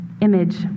image